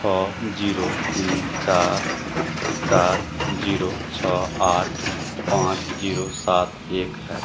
छः जीरो तीन चार चार जीरो छः आठ पाँच जीरो सात एक है